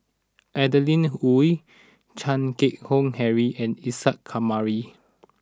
Adeline Ooi Chan Keng Howe Harry and Isa Kamari